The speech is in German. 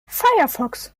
firefox